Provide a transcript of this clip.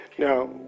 Now